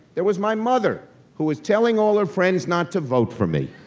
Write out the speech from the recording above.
there was my mother, who was telling all her friends not to vote for me.